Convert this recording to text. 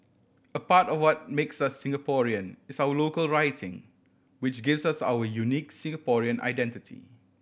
a part of what makes us Singaporean is our local writing which gives us our unique Singaporean identity